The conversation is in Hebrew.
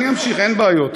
אני אמשיך, אין בעיות.